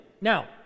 Now